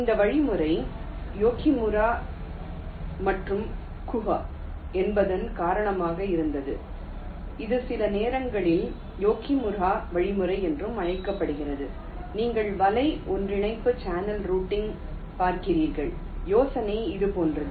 இந்த வழிமுறை யோஷிமுரா மற்றும் குஹ் என்பதன் காரணமாக இருந்தது இது சில நேரங்களில் யோஷிமுரா வழிமுறை என்றும் அழைக்கப்படுகிறது நீங்கள் வலை ஒன்றிணைப்பு சேனல் ரூட்டிங் பார்க்கிறீர்கள் யோசனை இது போன்றது